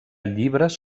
llibres